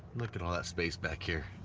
look at all that space back here